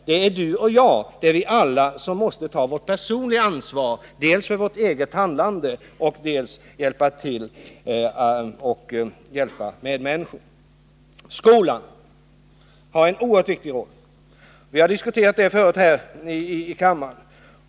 Vi alla, du och jag, måste ta vårt personliga ansvar dels för vårt eget handlande, dels för att hjälpa människor. Också skolan har en oerhört viktig roll, som vi har diskuterat tidigare här i kammaren.